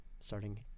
starting